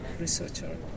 researcher